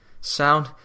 sound